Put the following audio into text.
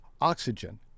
oxygen